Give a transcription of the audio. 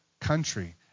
country